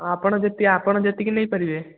ଆପଣ ଯେତିକି ଆପଣ ଯେତିକି ନେଇପାରିବେ